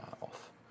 off